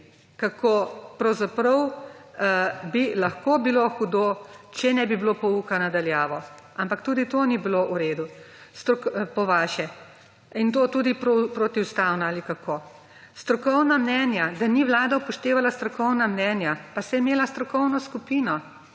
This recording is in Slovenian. kako pravzaprav bi lahko bilo hudo, če ne bi bilo pouka na daljavo. Ampak tudi to ni bilo v redu po vaše. In to tudi protistavno ali kako? Strokovna mnenja. Da ni vlada upoštevala strokovna mnenja. Pa saj je imela strokovno skupino.